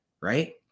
right